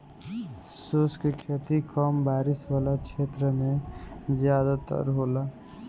शुष्क खेती कम बारिश वाला क्षेत्र में ज़्यादातर होला